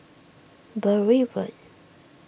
Bury Road